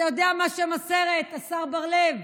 אתה יודע מה שם הסרט, השר בר לב?